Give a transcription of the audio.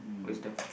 wisdom